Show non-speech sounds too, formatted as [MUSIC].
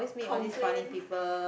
complain [BREATH]